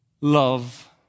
love